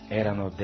erano